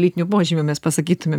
lytinių požymių mes pasakytumėm